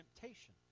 temptation